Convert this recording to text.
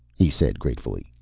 he said gratefully.